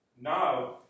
now